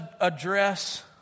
address